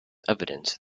evidence